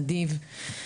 אדיב.